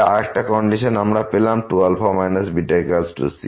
তাহলে আরেকটা কন্ডিশন আমরা পেলাম 2α β6